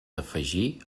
afegir